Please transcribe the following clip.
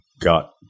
got